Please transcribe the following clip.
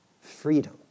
freedom